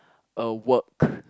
a work